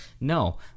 No